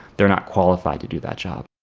they are not qualified to do that job.